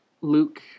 Luke